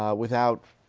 ah without,